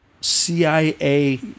CIA